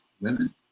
women